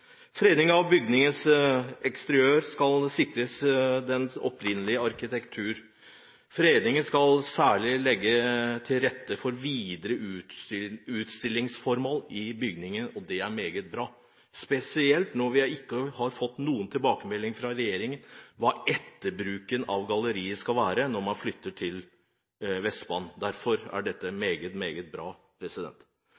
av bygningens eksteriør skal sikre dens opprinnelige arkitektur. Fredningen skal særlig legge til rette for videre utstillingsformål i bygningen, og det er meget bra, spesielt når vi ikke har fått noen tilbakemeldinger fra regjeringen om hva etterbruken av galleriet skal være når man flytter til Vestbanen. Derfor er dette